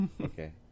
okay